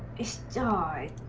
is july